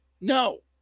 No